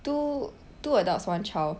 two two adults one child